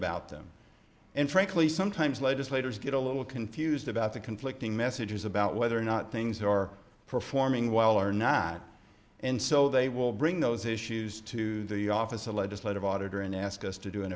about them and frankly sometimes legislators get a little confused about the conflicting messages about whether or not things are performing well or not and so they will bring those issues to the office a legislative auditor and ask us to do an